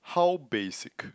how basic